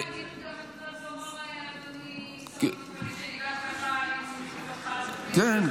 --- אדוני שר המשפטים --- כן,